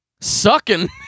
sucking